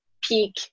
peak